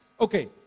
okay